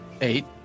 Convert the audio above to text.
Eight